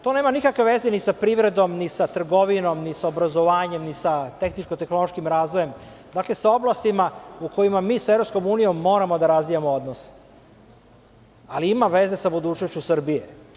To nema nikakve veze ni sa privredom, ni sa trgovinom, ni sa obrazovanjem, ni sa tehničko-tehnološkim razvojem, dakle sa oblastima u kojima mi sa EU moramo da razvijamo odnose, ali ima veze sa budućnošću Srbije.